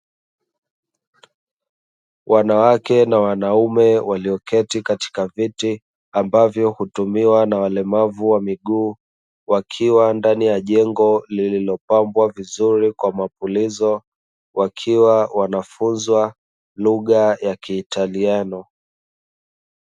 Wanawake na wanaume walioketi katika viti ambavyo hutumiwa na walemavu wa miguu, wakiwa ndani ya jengo lililopambwa vizuri kwa mapulizo wakiwa wanafunzwa lugha ya kiitaliano.